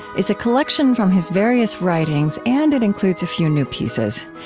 is a collection from his various writings, and it includes a few new pieces.